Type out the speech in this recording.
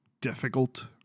difficult